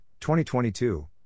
2022